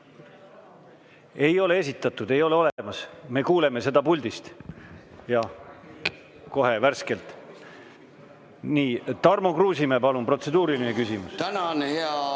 Ei ole esitatud, ei ole olemas. Me kuuleme seda puldist kohe värskelt. Nii, Tarmo Kruusimäe, palun, protseduuriline küsimus!